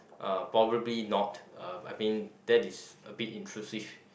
uh probably not uh I mean that is a bit intrusive